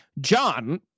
John